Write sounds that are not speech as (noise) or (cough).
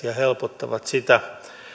(unintelligible) ja helpottavat sitä